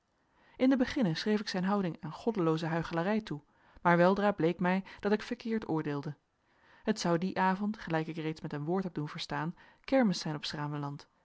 in den beginne schreef ik zijn houding aan goddelooze huichelarij toe maar weldra bleek mij dat ik verkeerd oordeelde het zou dien avond gelijk ik reeds met een woord heb doen verstaan kermis zijn op